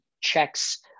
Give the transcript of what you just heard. checks